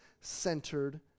centered